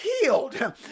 healed